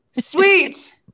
sweet